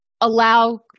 allow